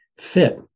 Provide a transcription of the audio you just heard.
fit